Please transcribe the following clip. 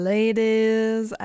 Ladies